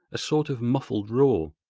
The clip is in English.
a sort of muffled roar.